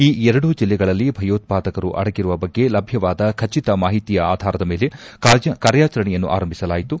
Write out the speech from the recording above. ಈ ಎರಡೂ ಜೆಲ್ಲೆಗಳಲ್ಲಿ ಭಯೋತ್ವಾದಕರು ಅಡಗಿರುವ ಬಗ್ಗೆ ಲಭ್ಯವಾದ ಖಟಿತ ಮಾಹಿತಿಯ ಆಧಾರದ ಮೇಲೆ ಕಾರ್ಯಾಚರಣೆಯನ್ನು ಆರಂಭಿಸಲಾಯಿತು